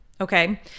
Okay